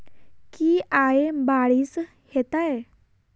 की आय बारिश हेतै?